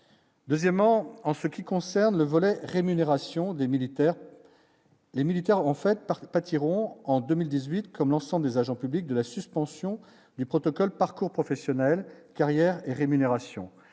deuxièmement en ce qui concerne le volet rémunération des militaires, les militaires ont fait part pâtiront en 2018, comme l'ensemble des agents publics de la suspension du protocole parcours professionnel carrières et rémunérations